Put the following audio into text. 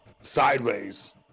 sideways